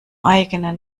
eigene